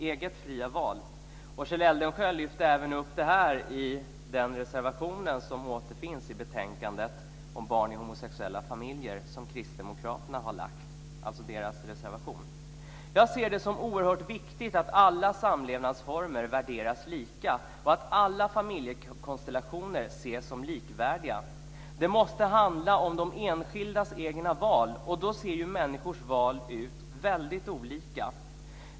Kjell Eldensjö lyfter även upp den frågan i den reservation som kristdemokraterna har som återfinns i betänkandet om barn i homosexuella familjer. Jag ser det som oerhört viktigt att alla samlevnadsformer värderas lika och att alla familjekonstellationer ses som likvärdiga. Det måste handla om de enskildas egna val, och då ser ju människors val väldigt olika ut.